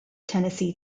tennessee